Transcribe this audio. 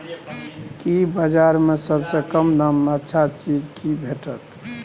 एग्रीबाजार में सबसे कम दाम में अच्छा चीज की भेटत?